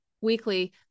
weekly